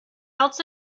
else